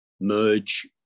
merge